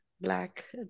black